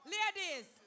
Ladies